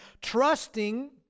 trusting